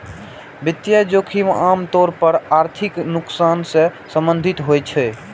वित्तीय जोखिम आम तौर पर आर्थिक नुकसान सं संबंधित होइ छै